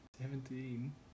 Seventeen